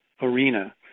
arena